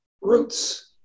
roots